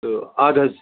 تہٕ اَدٕ حظ